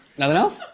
nothing else?